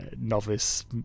novice